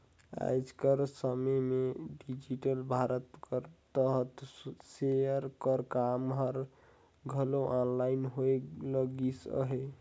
आएज कर समे में डिजिटल भारत कर तहत सेयर कर काम हर घलो आनलाईन होए लगिस अहे